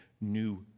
new